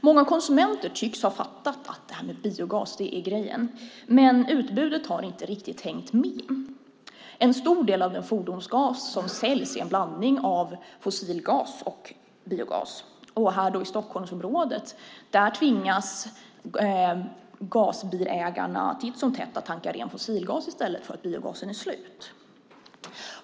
Många konsumenter tycks ha fattat att det här med biogas är grejen, men utbudet har inte riktigt hängt med. En stor del av den fordonsgas som säljs är en blandning av fossilgas och biogas. Men här i Stockholmsområdet tvingas gasbilsägare att titt som tätt tanka ren fossilgas därför att biogasen är slut.